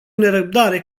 nerăbdare